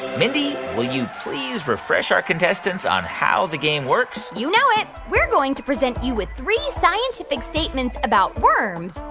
mindy, will you please refresh our contestants on how the game works? you know it. we're going to present you with three scientific statements about worms.